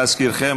להזכירכם,